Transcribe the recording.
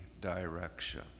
direction